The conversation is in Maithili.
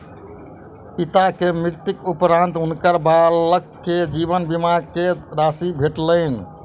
पिता के मृत्यु उपरान्त हुनकर बालक के जीवन बीमा के राशि भेटलैन